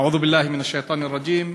(אומר דברים בשפה הערבית,